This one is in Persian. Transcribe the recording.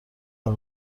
عرق